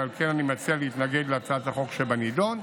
ועל כן אני מציע להתנגד להצעת החוק שבנדון.